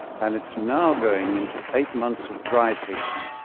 and it's now going into eight months of dry season.